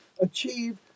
achieve